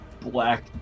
black